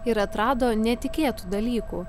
ir atrado netikėtų dalykų